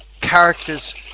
characters